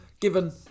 given